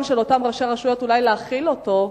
של אותם ראשי רשויות אולי להחיל אותו,